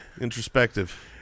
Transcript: Introspective